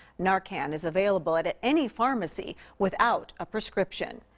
narcan is available at at any pharmacy without a prescription.